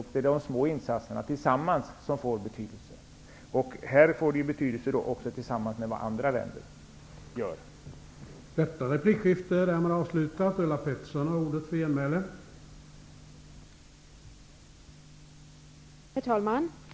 Och det är de små insatserna tillsammans som får betydelse. I detta sammanhang får de betydelse tillsammans med andra länders insatser.